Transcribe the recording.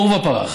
עורבא פרח.